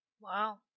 Wow